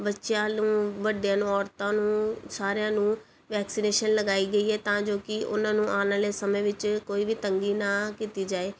ਬੱਚਿਆਂ ਨੂੰ ਵੱਡਿਆਂ ਨੂੰ ਔਰਤਾਂ ਨੂੰ ਸਾਰਿਆਂ ਨੂੰ ਵੈਕਸੀਨੇਸ਼ਨ ਲਗਾਈ ਗਈ ਹੈ ਤਾਂ ਜੋ ਕਿ ਉਹਨਾਂ ਨੂੰ ਆਉਣ ਵਾਲੇ ਸਮੇਂ ਵਿੱਚ ਕੋਈ ਵੀ ਤੰਗੀ ਨਾ ਕੀਤੀ ਜਾਏ